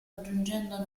aggiungendo